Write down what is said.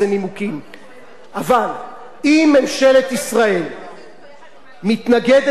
אבל אם ממשלת ישראל מתנגדת לחוק הפשוט,